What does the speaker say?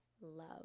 love